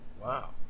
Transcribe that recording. Wow